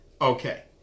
Okay